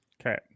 Okay